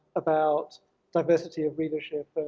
about diversity of readership,